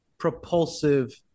propulsive